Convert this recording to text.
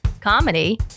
comedy